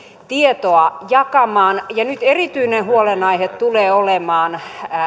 tietoa jakamaan ja nyt erityinen huolenaihe tulee olemaan